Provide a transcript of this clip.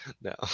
No